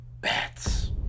Bats